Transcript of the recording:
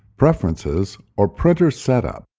preferences, or printer setup.